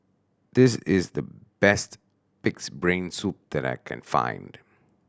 this is the best Pig's Brain Soup that I can find